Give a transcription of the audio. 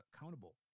accountable